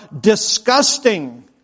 disgusting